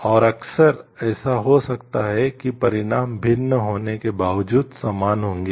और अक्सर ऐसा हो सकता है कि परिणाम भिन्न होने के बावजूद समान होंगे